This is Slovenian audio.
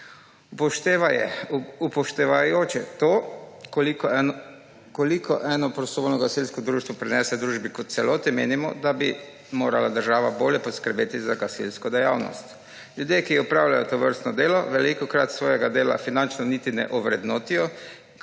Upoštevajoč, koliko eno prostovoljno gasilsko društvo prinese družbi kot celoti, menimo, da bi morala država bolje poskrbeti za gasilsko dejavnost. Ljudje, ki opravljajo tovrstno delo, velikokrat svojega dela finančno niti ne ovrednotijo,